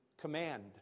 command